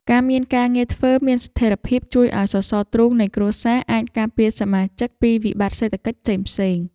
ការមានការងារធ្វើមានស្ថិរភាពជួយឱ្យសសរទ្រូងនៃគ្រួសារអាចការពារសមាជិកពីវិបត្តិសេដ្ឋកិច្ចផ្សេងៗ។